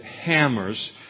hammers